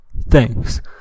Thanks